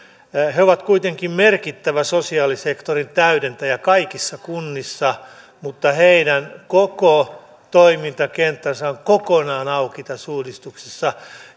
se on kuitenkin merkittävä sosiaalisektorin täydentäjä kaikissa kunnissa mutta heidän koko toimintakenttänsä on kokonaan auki tässä uudistuksessa